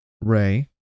Ray